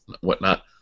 whatnot